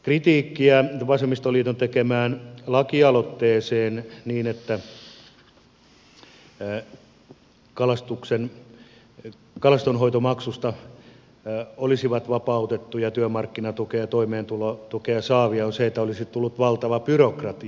kritiikkiä vasemmistoliiton tekemään laki aloitteeseen että kalastonhoitomaksusta olisivat vapautettuja työmarkkinatukea ja toimeentulotukea saavat on se että olisi tullut valtava byrokratia